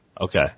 Okay